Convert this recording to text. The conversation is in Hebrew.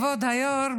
כבוד היו"ר,